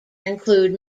include